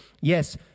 yes